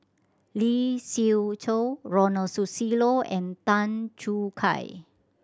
Lee Siew Choh Ronald Susilo and Tan Choo Kai